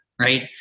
right